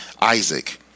Isaac